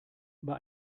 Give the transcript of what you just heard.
bei